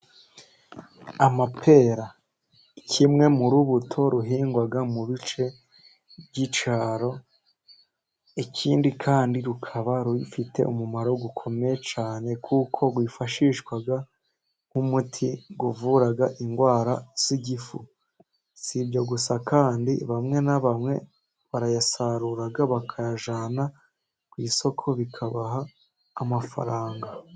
Amapera kimwe mu rubuto ruhingwa mu bice by'icyaro, ikindi kandi rukaba rufite umumaro ukomeye cyane, kuko rwifashishwa nk'umuti uvura indwara z'igifu, si ibyo gusa kandi bamwe na bamwe barayasarura, bakayajyana ku isoko bikabaha amafaranga.